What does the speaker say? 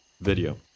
video